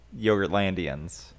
yogurtlandians